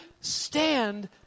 stand